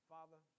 Father